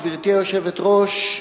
גברתי היושבת-ראש,